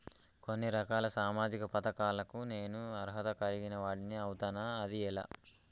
కొన్ని రకాల సామాజిక పథకాలకు నేను అర్హత కలిగిన వాడిని అవుతానా? అది ఎలా?